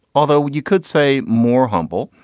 although you could say more humble.